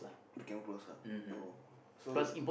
became close ah oh so